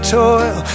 toil